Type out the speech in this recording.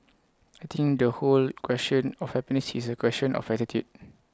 I think the whole question of happiness is A question of attitude